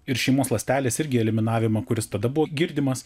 ir šeimos ląstelės irgi eliminavimą kuris tada buvo girdimas